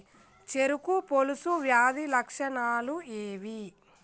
చెరుకు పొలుసు వ్యాధి లక్షణాలు ఏవి?